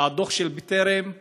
הדוח של בטרם,